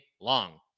long